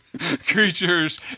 Creatures